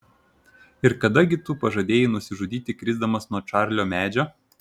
ir kada gi tu pažadėjai nusižudyti krisdamas nuo čarlio medžio